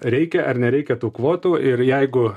reikia ar nereikia tų kvotų ir jeigu